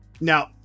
now